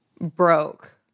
broke